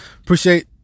appreciate